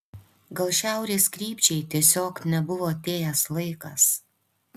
gal šiaurės krypčiai tiesiog nebuvo atėjęs laikas